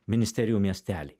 ministerijų miestelį